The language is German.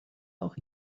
auch